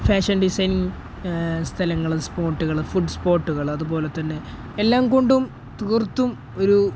fashion designing സ്ഥലങ്ങൾ സ്പോർട്ടുകൾ food സ്പോർട്ടുകൾ അതുപോലെത്തന്നെ എല്ലാംകൊണ്ടും തീർത്തും ഒരു